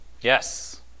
Yes